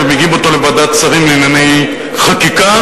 מביאים אותו לוועדת השרים לענייני חקיקה,